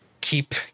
keep